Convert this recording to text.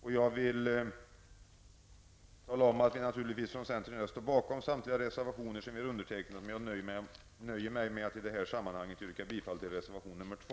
Centern står naturligtvis bakom alla reservationer som vi undertecknat, men jag nöjer mig med att i detta sammanhang yrka bifall till reservation 2.